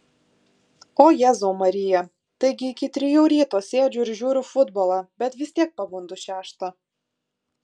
o jėzau marija taigi iki trijų ryto sėdžiu ir žiūriu futbolą bet vis tiek pabundu šeštą